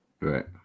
right